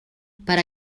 per